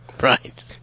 Right